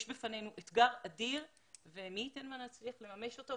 יש בפנינו אתגר אדיר ומי ייתן ונצליח לממש אותו.